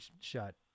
shut